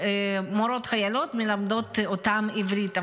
ומורות חיילות מלמדות אותם עברית.